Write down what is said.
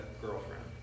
girlfriend